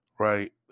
Right